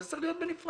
זה צריך להיות בנפרד.